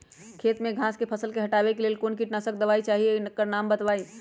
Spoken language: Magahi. खेत में घास के फसल से हटावे के लेल कौन किटनाशक दवाई चाहि दवा का नाम बताआई?